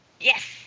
Yes